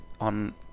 on